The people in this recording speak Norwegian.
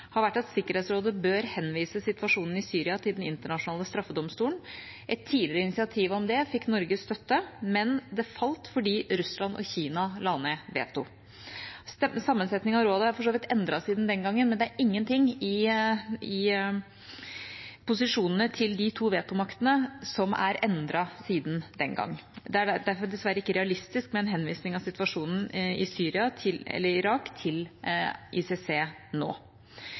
har vært at Sikkerhetsrådet bør henvise situasjonen i Syria til Den internasjonale straffedomstol. I et tidligere initiativ om det fikk Norge støtte, men det falt fordi Russland og Kina la ned veto. Sammensettingen av rådet er for så vidt endret siden den gang, men det er ingenting i posisjonene til de to vetomaktene som er endret siden den gang. Det er derfor dessverre ikke realistisk med en henvisning av situasjonen i Irak til ICC nå.